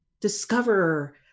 discover